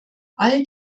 all